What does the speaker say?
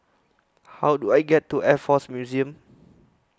How Do I get to Air Force Museum